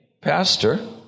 Pastor